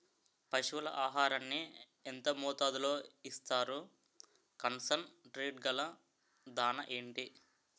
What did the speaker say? పశువుల ఆహారాన్ని యెంత మోతాదులో ఇస్తారు? కాన్సన్ ట్రీట్ గల దాణ ఏంటి?